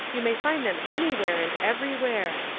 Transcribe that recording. you may find them anywhere and everywhere.